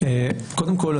קודם כול,